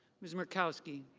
miss markowski.